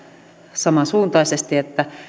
samansuuntaisesti että